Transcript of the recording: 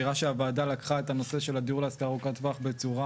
נראה שהוועדה לקחה את הנושא של הדיור להשכרה ארוכת טווח בצורה